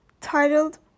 titled